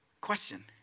Question